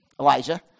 Elijah